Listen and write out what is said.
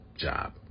job